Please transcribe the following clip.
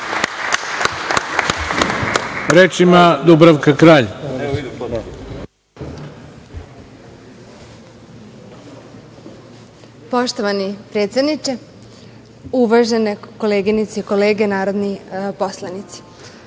**Dubravka Kralj** Poštovani predsedniče, uvažene koleginice i kolege narodni poslanici,